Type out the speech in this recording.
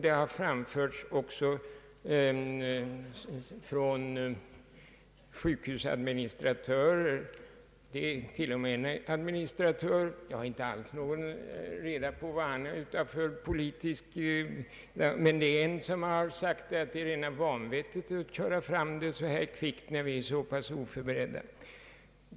Det gäller även sjukhusadministratörer. En administratör — jag har inte reda på hans politiska åskådning — har sagt att det är rena vanvettet att köra fram denna reform så kvickt när man inte är förberedd.